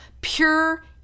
pure